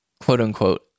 quote-unquote